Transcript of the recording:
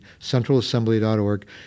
centralassembly.org